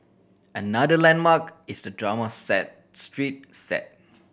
another landmark is the drama set street set